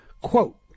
quote